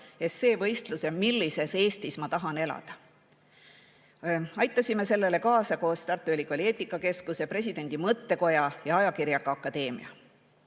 esseevõistluse "Millises Eestis ma tahan elada?". Aitasime sellele kaasa koos Tartu Ülikooli eetikakeskuse, Presidendi Mõttekoja ja ajakirjaga Akadeemia.